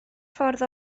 ffordd